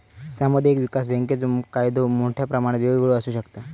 सामुदायिक विकास बँकेचो फायदो मोठ्या प्रमाणात वेगवेगळो आसू शकता